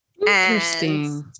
Interesting